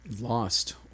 lost